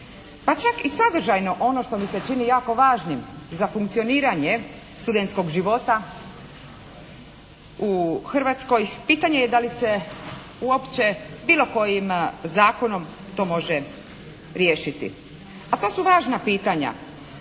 Pa čak i sadržajno ono što mi se čini jako važnim za funkcioniranje studentskog života u Hrvatskoj pitanje je da li se uopće bilo kojim zakonom to može riješiti. A to su važna pitanja.